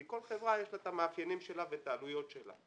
כי לכל חברה יש את המאפיינים שלה ואת העלויות שלה.